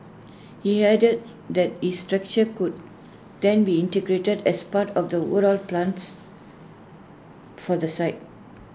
he added that the structure could then be integrated as part of the overall plans for the site